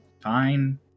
fine